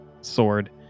sword